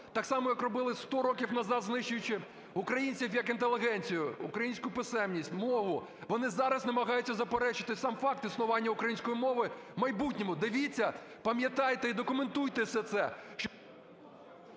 так само, як робили 100 років назад, знищуючи українців як інтелігенцію, українську писемність, мову. Вони зараз намагаються заперечити сам факт існування української мови в майбутньому. Дивіться, пам'ятайте і документуйте все це,